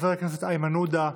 חבר הכנסת איימן עודה,